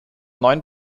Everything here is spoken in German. neun